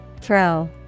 Throw